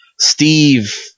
Steve